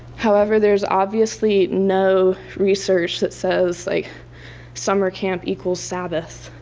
however there's obviously no research that says like summer camp equals sabbath.